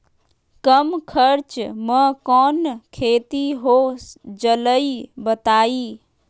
कम खर्च म कौन खेती हो जलई बताई?